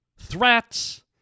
threats